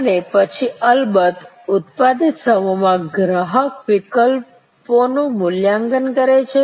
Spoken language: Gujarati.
અને પછી અલબત્ત ઉત્પાદિત સમૂહ માં ગ્રાહક વિકલ્પોનું મૂલ્યાંકન કરે છે